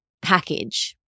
package